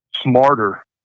smarter